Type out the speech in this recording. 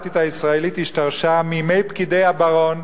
הביורוקרטית הישראלית השתרשה מימי פקידי הברון,